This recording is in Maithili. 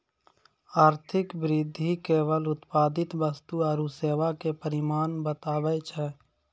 आर्थिक वृद्धि केवल उत्पादित वस्तु आरू सेवा के परिमाण बतबै छै